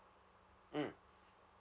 mm